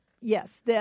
Yes